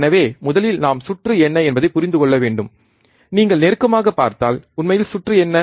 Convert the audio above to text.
எனவே முதலில் நாம் சுற்று என்ன என்பதைப் புரிந்து கொள்ள வேண்டும் நீங்கள் நெருக்கமாகப் பார்த்தால் உண்மையில் சுற்று என்ன